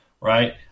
right